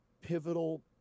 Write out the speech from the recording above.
pivotal